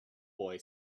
boy